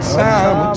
time